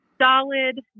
solid